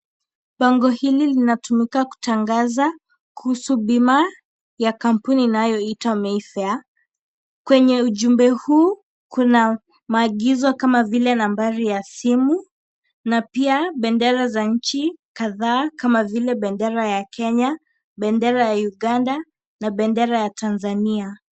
Bango hili linatumika kutangaza kuusu bima ya kampuni inayoitwa May Fair, kwenye ujumbe huu kuna maagizo kama vile, nambari ya simu na pia bendera za nchi kadhaa kama vile bendera ya Kenya, bendera ya Uganda na bendera ya Tanzania